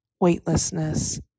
weightlessness